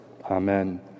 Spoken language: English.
Amen